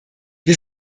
wir